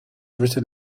written